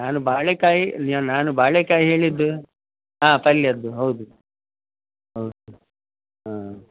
ನಾನು ಬಾಳೆಕಾಯಿ ನಾನು ಬಾಳೆ ಕಾಯಿ ಹೇಳಿದ್ದು ಹಾಂ ಪಲ್ಯದ್ದು ಹೌದು ಹೌದು ಹಾಂ